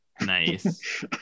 Nice